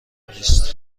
نیست